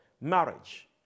marriage